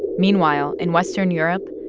meanwhile, in western europe,